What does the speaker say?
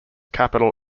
capital